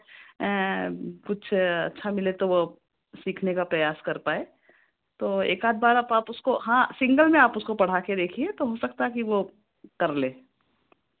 कुछ अच्छा मिले तो वह सीखने का प्रयास कर पाए तो एक आध बार आप आप उसको हाँ सिंगल में आप उसको पढ़ा के देखिए तो हो सकता है कि वह कर ले